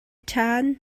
ṭhan